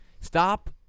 Stop